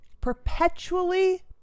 perpetually